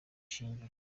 shingiro